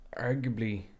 arguably